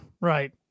right